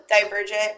Divergent